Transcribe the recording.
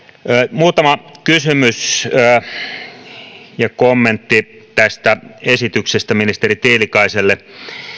muutama kysymys ja kommentti tästä esityksestä ministeri tiilikaiselle